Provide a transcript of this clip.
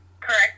Correct